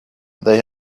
they